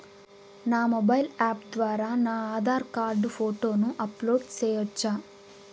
నా mobile app ద్వారా నా ఆధార్ కార్డు ఫోటోను అప్లోడ్ సేయొచ్చా?